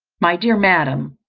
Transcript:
my dear madam,